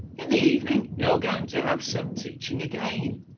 in the evening you're going to have some teaching again.